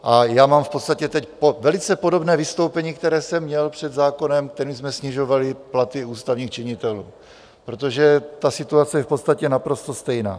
A já mám v podstatě teď velice podobné vystoupení, které jsem měl před zákonem, kterým jsme snižovali platy ústavních činitelů, protože ta situace je v podstatě naprosto stejná.